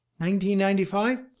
1995